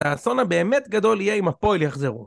האסון הבאמת גדול יהיה אם הפועל יחזרו